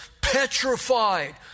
petrified